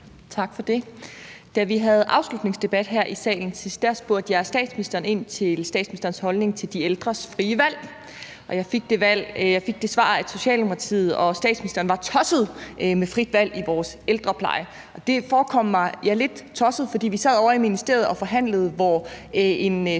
Tak for det. Da vi havde afslutningsdebat her i salen sidst, spurgte jeg ind til statsministerens holdning til de ældres frie valg, og jeg fik det svar, at Socialdemokratiet og statsministeren var tosset med frit valg i vores ældrepleje. Og det forekom mig, ja, lidt tosset, fordi vi sad ovre i ministeriet og forhandlede med en socialdemokratisk